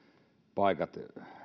paikat